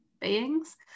beings